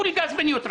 לתקן